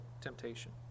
temptation